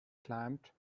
climbed